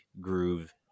groove